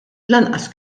lanqas